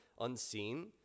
unseen